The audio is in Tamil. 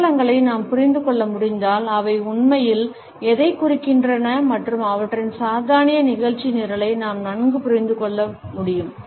அடையாளங்களை நாம் புரிந்து கொள்ள முடிந்தால் அவை உண்மையில் எதைக் குறிக்கின்றன மற்றும் அவற்றின் சாத்தானிய நிகழ்ச்சி நிரலை நாம் நன்கு புரிந்து கொள்ள முடியும்